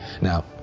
now